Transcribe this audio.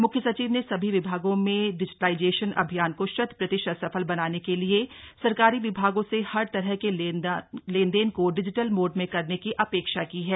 म्ख्य सचिव ने सभी विभागों में डिजिटलाईजेशन अभियान को शत प्रतिशत सफल बनाने के लिए सरकारी विभागों से हर तरह के लेनदेन को डिजिटल मोड में करने की अपेक्षा की है